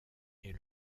est